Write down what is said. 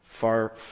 far